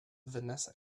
vanessa